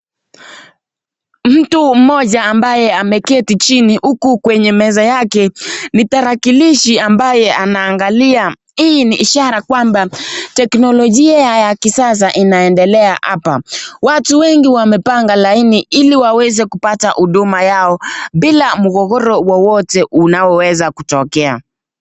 Mtu moja ambaye ameketi chini huku kwenye meza yake ni tarakilishi ambaye anaangalia. Hii ni ishara kwamba teknolojia ya kisasa inaendelea hapa. Watu wengi wamepanga laini ili waweze kupata huduma yao bila mgogoro wowote unaoweza kutokea.